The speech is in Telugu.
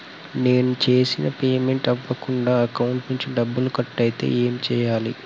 నేను చేసిన పేమెంట్ అవ్వకుండా అకౌంట్ నుంచి డబ్బులు కట్ అయితే ఏం చేయాలి?